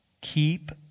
Keep